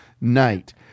night